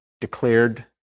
declared